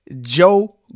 Joe